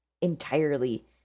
entirely